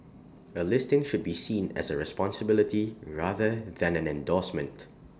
A listing should be seen as A responsibility rather than an endorsement